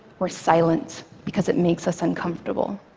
we're silent, because it makes us uncomfortable.